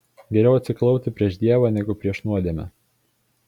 geriau atsiklaupti prieš dievą negu prieš nuodėmę